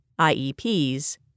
IEPs